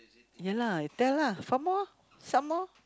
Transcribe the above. ya lah tell lah some more some more